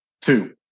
Two